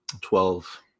Twelve